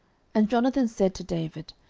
and jonathan said to david,